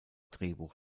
drehbuch